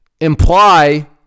imply